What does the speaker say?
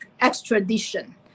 extradition